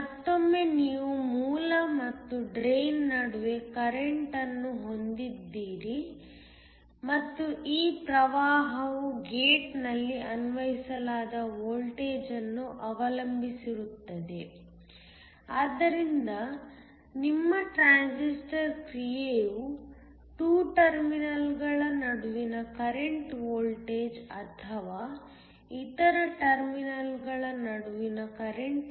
ಮತ್ತೊಮ್ಮೆ ನೀವು ಮೂಲ ಮತ್ತು ಡ್ರೈನ್ ನಡುವೆ ಕರೆಂಟ್ಅನ್ನು ಹೊಂದಿದ್ದೀರಿ ಮತ್ತು ಈ ಪ್ರವಾಹವು ಗೇಟ್ನಲ್ಲಿ ಅನ್ವಯಿಸಲಾದ ವೋಲ್ಟೇಜ್ ಅನ್ನು ಅವಲಂಬಿಸಿರುತ್ತದೆ ಆದ್ದರಿಂದ ನಿಮ್ಮ ಟ್ರಾನ್ಸಿಸ್ಟರ್ ಕ್ರಿಯೆಯು 2 ಟರ್ಮಿನಲ್ಗಳ ನಡುವಿನ ಕರೆಂಟ್ ವೋಲ್ಟೇಜ್ ಅಥವಾ ಇತರ ಟರ್ಮಿನಲ್ಗಳ ನಡುವಿನ ಕರೆಂಟ್ ಅನ್ನು ಅವಲಂಬಿಸಿರುತ್ತದೆ